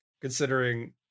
considering